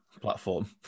platform